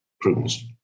prudence